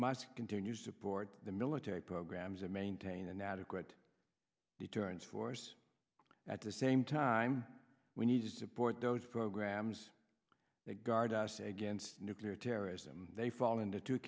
must continue to support the military programs and maintain an adequate deterrence force at the same time we need to support those programs that guard us against nuclear terrorism they fall into two